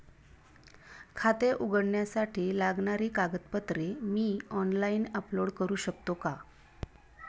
खाते उघडण्यासाठी लागणारी कागदपत्रे मी ऑनलाइन अपलोड करू शकतो का?